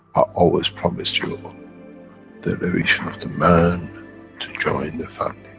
always promised you the elevation of the man to join the family,